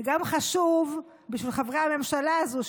וגם חשוב בשביל חברי הממשלה הזו,